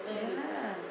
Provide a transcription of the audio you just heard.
ya lah